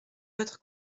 votre